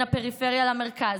בין הפריפריה למרכז,